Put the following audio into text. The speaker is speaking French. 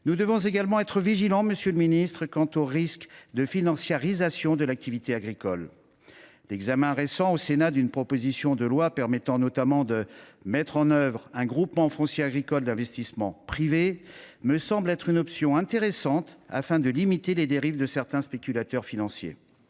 nous devons également être vigilants, monsieur le ministre, sur le risque de financiarisation de l’activité agricole. L’examen récent au Sénat d’une proposition de loi permettant notamment de recourir à un groupement foncier agricole d’investissement privé me semble être une option intéressante pour limiter les dérives de certains spéculateurs financiers.